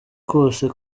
kose